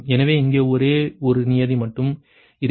எனவே இங்கே ஒரே ஒரு நியதி மட்டுமே இருக்கும்